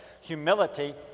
Humility